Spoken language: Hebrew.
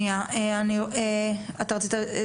אני מהשירותים הווטרינריים של גוש דן.